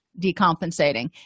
decompensating